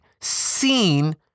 seen